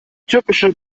türkische